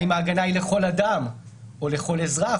האם ההגנה היא לכל אדם או לכל אזרח,